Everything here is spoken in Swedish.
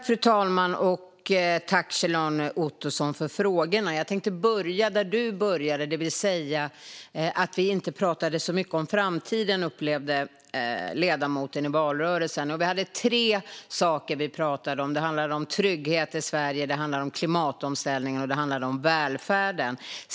Fru talman! Jag tackar Kjell-Arne Ottosson för frågorna. Jag tänkte börja där ledamoten började, det vill säga att han upplevde att vi inte pratade så mycket om framtiden i valrörelsen. Vi pratade om tre saker, nämligen trygghet i Sverige, klimatomställningen och välfärden.